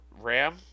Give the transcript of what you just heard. Ram